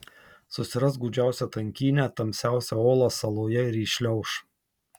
susiras gūdžiausią tankynę tamsiausią olą saloje ir įšliauš